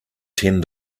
ten